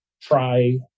try